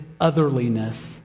otherliness